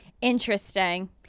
Interesting